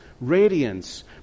radiance